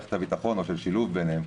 מערכת הביטחון, או של שילוב ביניהם,